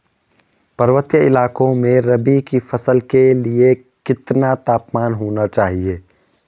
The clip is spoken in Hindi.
पर्वतीय इलाकों में रबी की फसल के लिए कितना तापमान होना चाहिए?